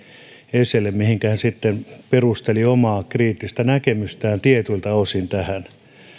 joilla hän sitten perusteli omaa kriittistä näkemystään tietyiltä osin tästä